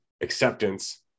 acceptance